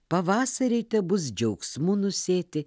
pavasariai tebus džiaugsmu nusėti